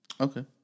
Okay